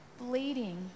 bleeding